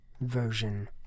version